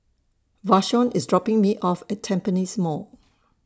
Vashon IS dropping Me off At Tampines Mall